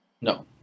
No